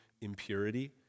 impurity